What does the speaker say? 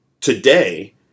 today